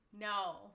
No